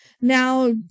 now